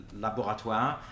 laboratoire